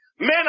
men